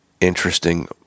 interesting